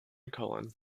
cullen